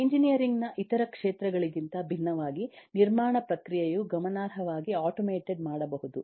engineering ನ ಇತರ ಕ್ಷೇತ್ರಗಳಿಗಿಂತ ಭಿನ್ನವಾಗಿ ನಿರ್ಮಾಣ ಪ್ರಕ್ರಿಯೆಯು ಗಮನಾರ್ಹವಾಗಿ ಆಟೋಮೇಟೆಡ್ ಮಾಡಬಹುದು